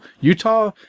Utah